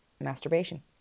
masturbation